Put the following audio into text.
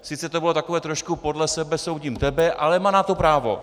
Sice to bylo trošku podle sebe soudím tebe, ale má na to právo.